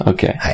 Okay